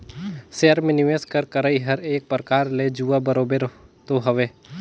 share में निवेस कर करई हर एक परकार ले जुआ बरोबेर तो हवे